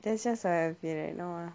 that's just how I feel right now ah